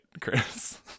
chris